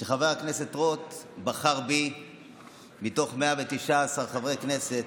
שחבר הכנסת רוט בחר בי מתוך 119 חברי כנסת,